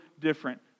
different